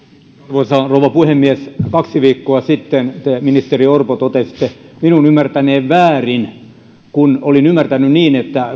arvoisa rouva puhemies kaksi viikkoa sitten te ministeri orpo totesitte minun ymmärtäneen väärin kun olin ymmärtänyt niin että